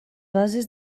bases